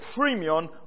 premium